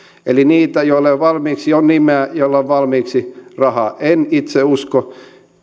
eli niitä joilla jo valmiiksi on nimeä joilla on valmiiksi rahaa en itse usko